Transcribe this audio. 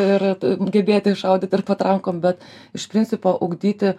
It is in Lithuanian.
ir gebėti šaudyti ir patrankom bet iš principo ugdyti